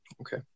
Okay